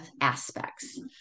aspects